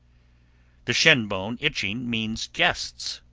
the shin-bone itching means guests.